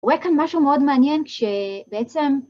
קורה כאן משהו מאוד מעניין כשבעצם...